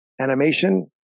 animation